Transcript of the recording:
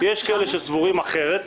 יש כאלה שסבורים אחרת.